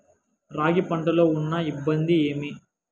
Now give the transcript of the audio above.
రాగి పంటలో ఉన్న ఇబ్బంది ఏమి?